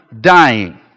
dying